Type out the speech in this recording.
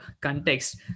context